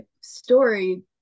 story